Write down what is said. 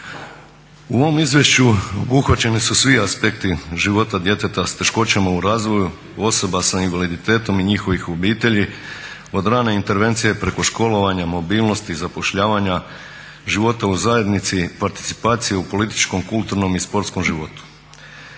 U ovom izvješću obuhvaćeni su svi aspekti života djeteta sa teškoćama u razvoju, osoba sa invaliditetom i njihovih obitelji od rane intervencije, preko školovanja, mobilnosti i zapošljavanja života u zajednici, participacije u političkom, kulturnom i sportskom životu.